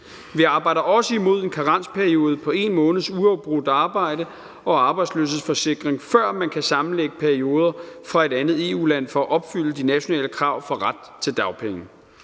Vi arbejder også imod en karensperiode på 1 måneds uafbrudt arbejde og arbejdsløshedsforsikring, før man kan sammenlægge perioder fra et andet EU-land for at opfylde de nationale krav for ret til dagpenge.